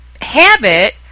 habit